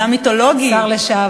ואתה מיתולוגי.